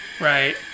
Right